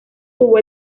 tuvo